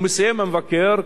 ומסיים המבקר,